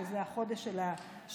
שזה החודש של האילנות,